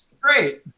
great